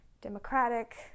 democratic